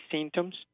symptoms